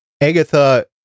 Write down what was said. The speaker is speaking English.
Agatha